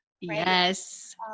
Yes